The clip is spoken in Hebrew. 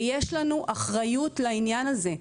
יש לנו אחריות לעניין הזה.